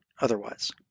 otherwise